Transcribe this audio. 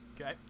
Okay